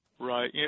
right